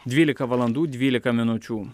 dvylika valandų dvylika minučių